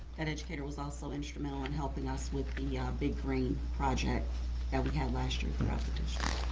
and educator was also instrumental in helping us with the ah big green project that we had last year throughout the district.